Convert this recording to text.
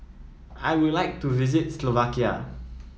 I would like to visit Slovakia